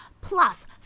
plus